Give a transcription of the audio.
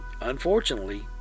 Unfortunately